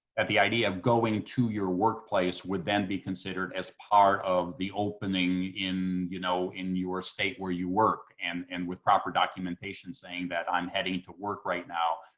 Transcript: that the idea of going to your workplace would then be considered as part of the opening in, you know, in your state where you work, and and with proper documentation saying that i'm heading to work right now,